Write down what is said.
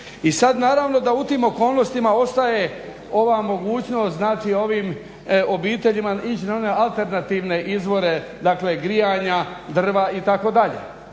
I sad naravno da u tim okolnostima ostaje ova mogućnost ovim obiteljima ići na one alternativne izvore grijanja, drva itd.